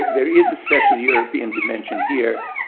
there is a special european dimension here,